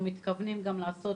אנחנו גם מתכוונים לעשות